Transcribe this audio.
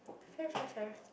fair fair fair